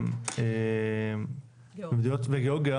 באוקראינה וגיאורגיה